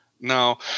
Now